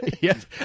yes